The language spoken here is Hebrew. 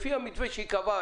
לפי המתווה שהיא קבעה,